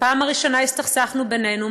בפעם הראשונה הסתכסכנו בינינו,